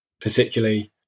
particularly